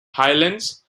highlands